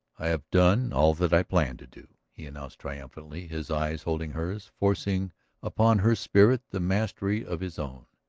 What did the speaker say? i have done all that i planned to do, he announced triumphantly, his eyes holding hers, forcing upon her spirit the mastery of his own.